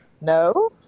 No